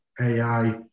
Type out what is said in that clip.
AI